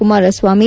Kumaraswamy